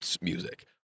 music